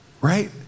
right